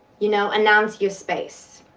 you know, announce your space.